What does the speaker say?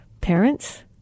parents